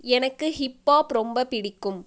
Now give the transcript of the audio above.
எனக்கு hip hop ரொம்ப பிடிக்கும்